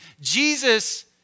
Jesus